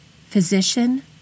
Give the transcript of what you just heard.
physician